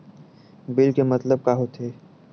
Bill के मतलब का होथे?